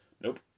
Nope